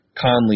Conley